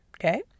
Okay